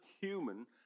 human